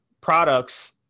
products